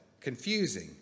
confusing